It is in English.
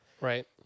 Right